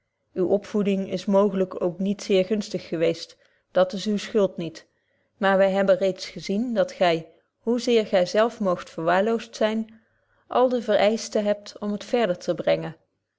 uwe opvoeding is mooglyk ook niet zeer gunstig geweest dat is uw schuld niet maar wy hebben reeds gezien dat gy hoe zeer gy zelf moogt verwaarloost zyn alle de vereischten hebt om het verder te brengen